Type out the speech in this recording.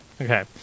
Okay